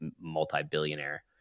multi-billionaire